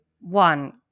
one